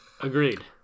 Agreed